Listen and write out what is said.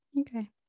Okay